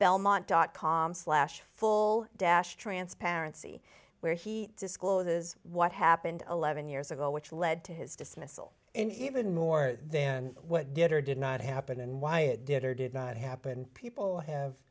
belmont dot com slash full dash transparency where he discloses what happened eleven years ago which led to his dismissal and even more then what did or did not happen and why it did or did not happen people have